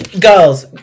Girls